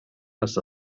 les